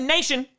Nation